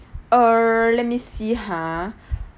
err let me see ha